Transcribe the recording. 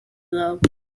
though